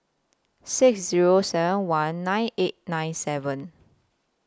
six Zero seven one nine eight nine seven